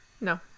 No